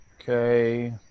Okay